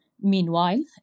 Meanwhile